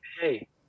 hey